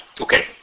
Okay